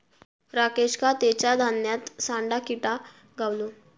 राकेशका तेच्या धान्यात सांडा किटा गावलो